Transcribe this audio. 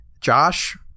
Josh